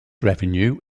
revenue